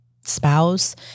spouse